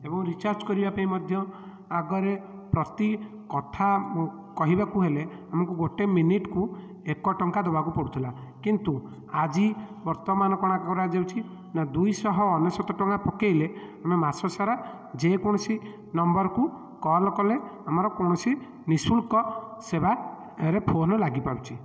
ଏବଂ ରିଚାର୍ଜ କରିବା ପାଇଁ ମଧ୍ୟ ଆଗରେ ପ୍ରତି କଥା କହିବାକୁ ହେଲେ ଆମକୁ ଗୋଟେ ମିନିଟ୍କୁ ଏକ ଟଙ୍କା ଦେବାକୁ ପଡ଼ୁଥିଲା କିନ୍ତୁ ଆଜି ବର୍ତ୍ତମାନ କ'ଣ କରାଯାଉଛି ନା ଦୁଇଶହ ଅନେଶତ ଟଙ୍କା ପକେଇଲେ ଆମେ ମାସ ସାରା ଯେକୌଣସି ନମ୍ବର୍କୁ କଲ୍ କଲେ ଆମର କୌଣସି ନିଶୁଳ୍କ ସେବା ଫୋନ୍ ଲାଗିପାରୁଛି